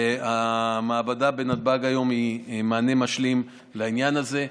והמעבדה בנתב"ג היום היא מענה משלים לעניין הזה.